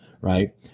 right